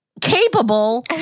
capable